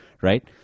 right